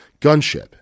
gunship